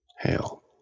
hail